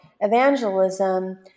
evangelism